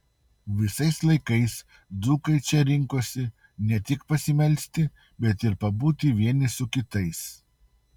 visais laikais dzūkai čia rinkosi ne tik pasimelsti bet ir pabūti vieni su kitais